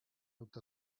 looked